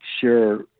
Sure